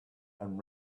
and